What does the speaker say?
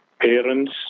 parents